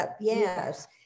Yes